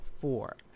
four